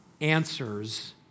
answers